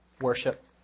worship